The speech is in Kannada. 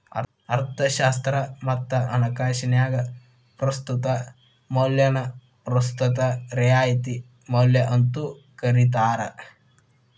ಅರ್ಥಶಾಸ್ತ್ರ ಮತ್ತ ಹಣಕಾಸಿನ್ಯಾಗ ಪ್ರಸ್ತುತ ಮೌಲ್ಯನ ಪ್ರಸ್ತುತ ರಿಯಾಯಿತಿ ಮೌಲ್ಯ ಅಂತೂ ಕರಿತಾರ